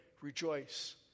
rejoice